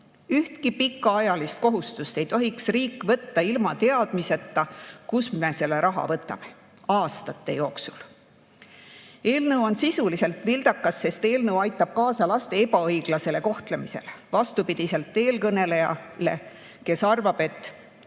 Ühtki pikaajalist kohustust ei tohiks riik võtta ilma teadmiseta, kust me selle raha võtame aastate jooksul. Eelnõu on sisuliselt vildakas, sest see aitab kaasa laste ebaõiglasele kohtlemisele, kuigi eelkõneleja arvab